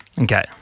Okay